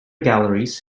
galleries